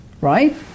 Right